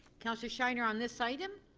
counselor shiner on this item?